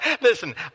Listen